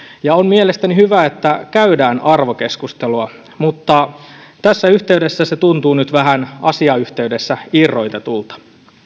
ja on mielestäni hyvä että käydään arvokeskustelua mutta tässä yhteydessä se tuntuu nyt vähän asiayhteydestä irrotetulta